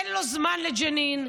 אין לו זמן לג'נין,